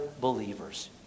believers